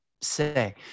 say